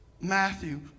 Matthew